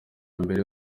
mbere